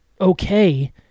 okay